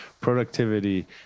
Productivity